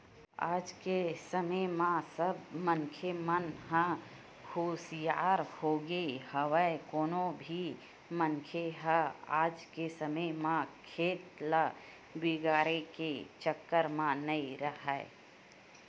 आज के समे म सब मनखे मन ह हुसियार होगे हवय कोनो भी मनखे ह आज के समे म खेत ल बिगाड़े के चक्कर म नइ राहय